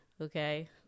okay